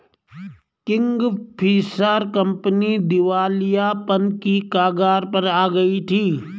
Kingfisher company दिवालियापन की कगार पर आ गई थी